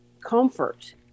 comfort